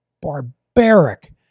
barbaric